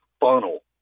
funnel